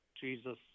Jesus